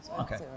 okay